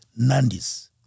Nandis